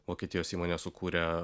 vokietijos įmonė sukūrė